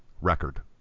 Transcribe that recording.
record